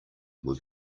were